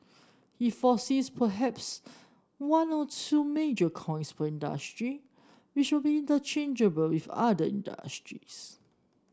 he foresees perhaps one or two major coins per industry which will be interchangeable with other industries